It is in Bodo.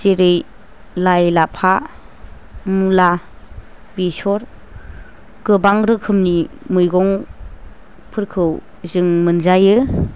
जेरै लाइ लाफा मुला बेसर गोबां रोखोमनि मैगंफोरखौ जों मोनजायो